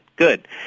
Good